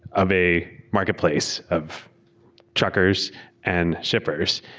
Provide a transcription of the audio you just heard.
of a marketplace of truckers and shippers,